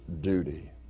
duty